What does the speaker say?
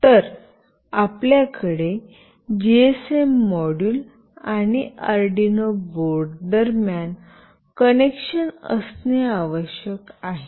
तर आपल्याकडे GSM module आणि आर्डिनो बोर्ड दरम्यान कनेक्शन असणे आवश्यक आहे